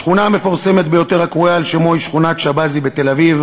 השכונה המפורסמת ביותר הקרויה על שמו היא שכונת שבזי בתל-אביב.